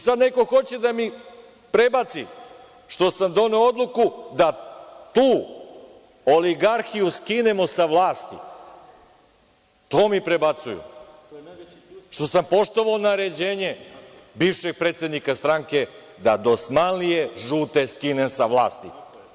Sada neko hoće da mi prebaci što sam doneo odluku da tu oligarhiju skinemo sa vlasti, to mi prebacuju, što sam poštovao naređenje bivšeg predsednika stranke da dosmanlije žute skinem sa vlasti.